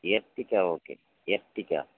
Ertiga okay Ertiga